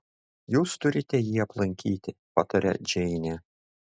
jūs turite jį aplankyti pataria džeinė